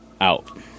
out